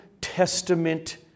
Testament